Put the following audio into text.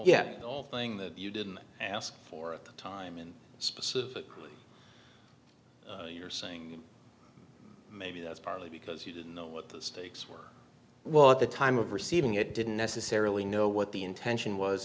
all thing that you didn't ask for at the time and specifically you're saying maybe that's partly because you didn't know what the stakes were well at the time of receiving it didn't necessarily know what the intention was